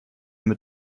mit